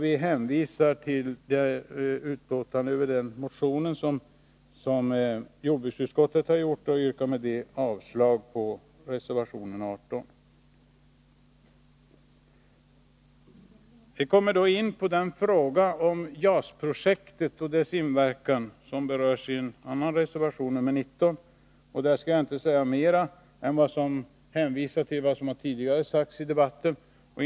Vi hänvisar till det utlåtande över den motionen som jordbruksutskottet har gjort. Jag yrkar med detta avslag på reservation 18. Vi kommer då in på frågan om JAS-projektet och dess inverkan, som berörs i reservation 19. Om detta skall jag inte säga mera än att hänvisa till vad som tidigare har sagts i debatten.